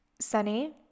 sunny